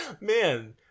Man